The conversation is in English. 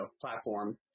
platform